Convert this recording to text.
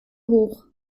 hoch